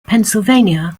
pennsylvania